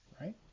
Right